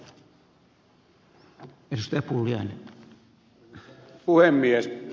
arvoisa puhemies